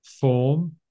form